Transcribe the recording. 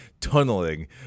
tunneling